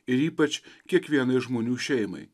ir ypač kiekvienai žmonių šeimai